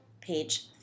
page